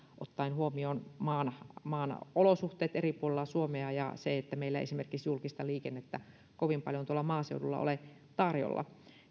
ottaen huomioon olosuhteet eri puolilla suomea ja se ettei meillä esimerkiksi julkista liikennettä kovin paljon tuolla maaseudulla ole tarjolla